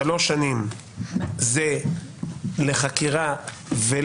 שלוש השנים הן לחקירה ולתביעה,